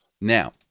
now